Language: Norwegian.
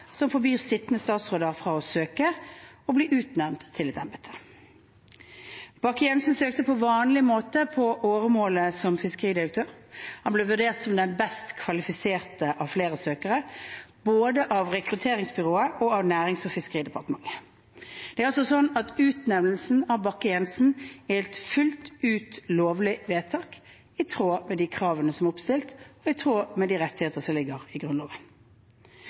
som forbyr sittende statsråder å søke og bli utnevnt til et embete. Bakke-Jensen søkte på vanlig måte på åremålet som fiskeridirektør. Han ble vurdert som den best kvalifiserte av flere søkere, både av rekrutteringsbyrået og av Nærings- og fiskeridepartementet. Det er altså sånn at utnevnelsen av Bakke-Jensen er et fullt ut lovlig vedtak i tråd med de kravene som er oppstilt, og i tråd med de rettigheter som ligger i Grunnloven.